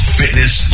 fitness